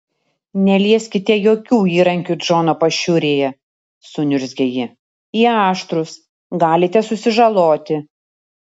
nelieskite jokių įrankių džono pašiūrėje suniurzgė ji jie aštrūs galite susižaloti